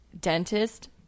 Dentist